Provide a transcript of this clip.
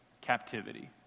captivity